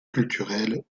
culturelles